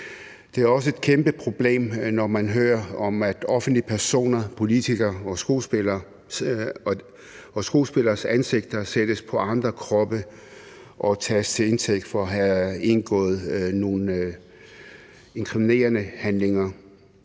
Det er også et kæmpe problem, når man hører om, at offentlige personers, politikeres og skuespilleres ansigter sættes på andre kroppe og tages til indtægt for at have begået nogle inkriminerende handlinger.